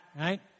right